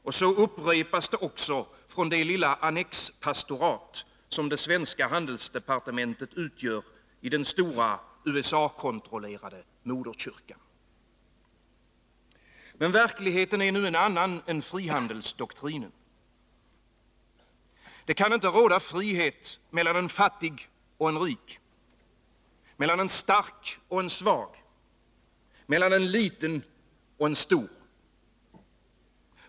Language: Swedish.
Och så upprepas det från det lilla annexpastorat som det svenska handelsdepartementet utgör i den stora, USA-kontrollerade moderkyrkan. Men verkligheten är en annan än frihandelsdoktrinen. Det kan inte råda frihet mellan en fattig och en rik, mellan en stark och en svag, mellan en liten och en stor.